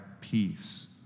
peace